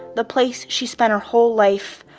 the place she spent her whole life,